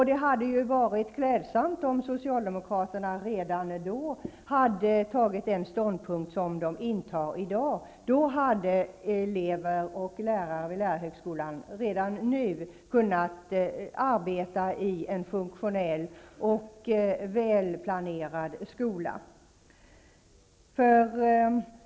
Det hade ju varit klädsamt om Socialdemokraterna redan då hade intagit den ståndpunkt som de intar i dag; i så fall hade elever och lärare vid lärarhögskolan redan nu kunnat arbeta i en funktionell och väl planerad skola.